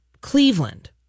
Cleveland